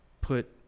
put